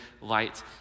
light